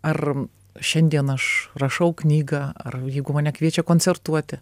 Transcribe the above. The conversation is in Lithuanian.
ar šiandien aš rašau knygą ar jeigu mane kviečia koncertuoti